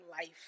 life